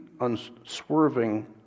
unswerving